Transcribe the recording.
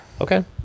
okay